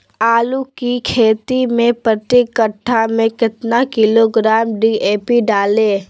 आलू की खेती मे प्रति कट्ठा में कितना किलोग्राम डी.ए.पी डाले?